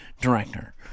director